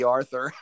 Arthur